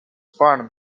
farnham